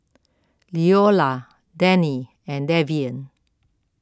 Leola Dennie and Davian